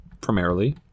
primarily